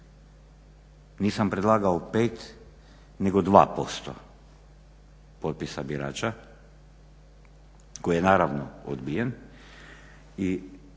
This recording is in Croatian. Nisam predlagao 5 nego 2% potpisa birača koje je naravno odbijen